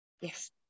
Yes